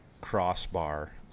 crossbar